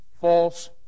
false